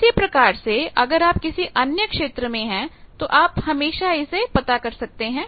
इसी प्रकार से अगर आप किसी अन्य क्षेत्र में है तो आप हमेशा इसे पता कर सकते हैं